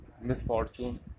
misfortune